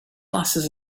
glasses